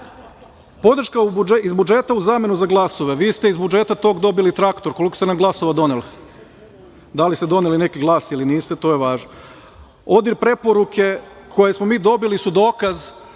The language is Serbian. iz budžeta, u zamenu za glasove. Vi ste iz budžeta tog dobili traktor. Koliko ste nam glasova doneli? Da li ste doneli neki glas ili niste, to je važno. ODIHR preporuke koje smo mi dobili su dokaz